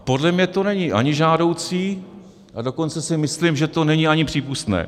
Podle mě to není žádoucí, a dokonce si myslím, že to není ani přípustné.